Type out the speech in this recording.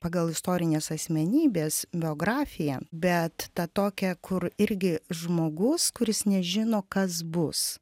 pagal istorinės asmenybės biografiją bet tą tokią kur irgi žmogus kuris nežino kas bus